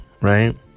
right